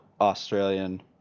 Australian